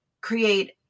create